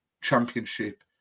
championship